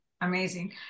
Amazing